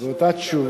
זו אותה תשובה.